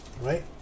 right